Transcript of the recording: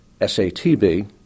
SATB